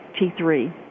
T3